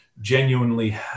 Genuinely